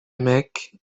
mecque